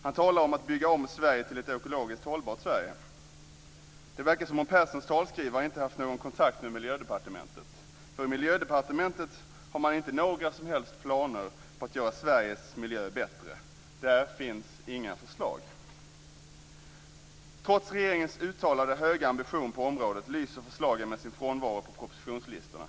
Han talar om att bygga om Sverige till ett ekologiskt hållbart Sverige. Det verkar som om Perssons talskrivare inte har haft någon kontakt med Miljödepartementet. I Miljödepartementet har man inte några som helst planer på att göra Sveriges miljö bättre. Där finns inga förslag. Trots regeringens uttalade höga ambition på området lyser förslagen med sin frånvaro på propositionslistorna.